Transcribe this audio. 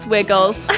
Wiggles